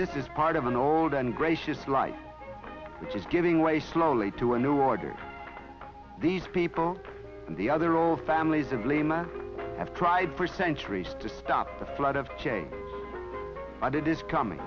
this is part of an old and gracious life which is giving way slowly to a new order these people and the other old families of lima have tried for centuries to stop the flood of change and it is coming